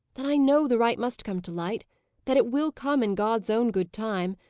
that i know the right must come to light that it will come in god's own good time.